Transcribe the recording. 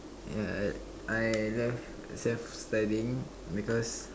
yeah I I love self studying because